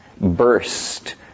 burst